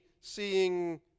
seeing